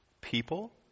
people